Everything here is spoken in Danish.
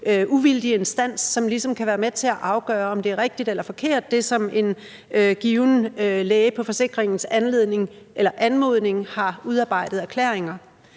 uvildig instans, som ligesom kan være med til at afgøre, om det, som en given læge på forsikringens anmodning har udarbejdet erklæringer